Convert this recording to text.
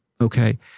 okay